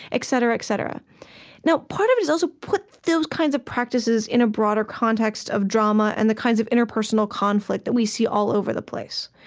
et cetera, et cetera now part of it is also put those kinds of practices in a broader context of drama and the kinds of interpersonal conflict that we see all over the place.